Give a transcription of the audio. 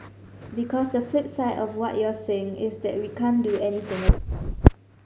because the flip side of what you're saying is that we can't do anything about it